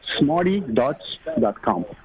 SmartyDots.com